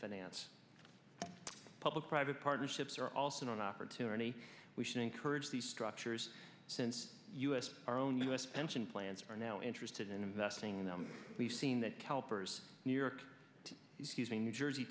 finance public private partnerships are also an opportunity we should encourage the structures since us our own u s pension plans are now interested in investing in them we've seen that calipers new york is using new jersey